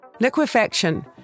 liquefaction